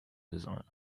desires